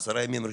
10 ימים,